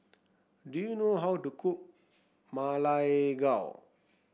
do you know how to cook Ma Lai Gao